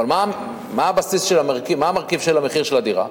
מה המרכיב של המחיר של הדירה?